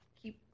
keep